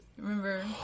Remember